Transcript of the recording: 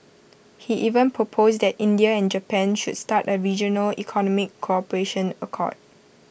he even proposed that India and Japan should start A regional economic cooperation accord